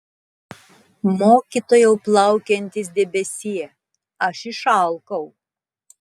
mokytojau plaukiantis debesie aš išalkau